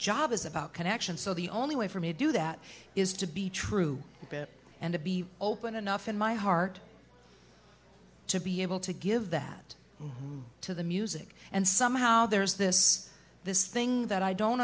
job is about connection so the only way for me to do that is to be true and to be open enough in my heart to be able to give that to the music and somehow there's this this thing that i don't